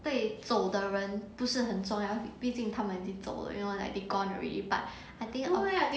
被走的人不是很重要毕竟他们已经走了 you know like they gone already but I think I